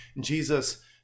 Jesus